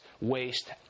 waste